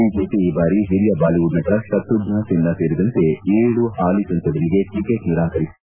BJP ಈ ಬಾರಿ ಹಿರಿಯ ಬಾಲಿವುಡ್ ನಟ ಶತ್ರುಪ್ಷಸಿನ್ವಾ ಸೇರಿದಂತೆ ಏಳು ಹಾಲಿ ಸಂಸದರಿಗೆ ಟಕೆಟ್ ನಿರಾಕರಿಸಿದೆ